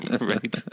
Right